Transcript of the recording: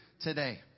today